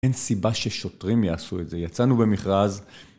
אין סיבה ששוטרים יעשו את זה. יצאנו במכרז...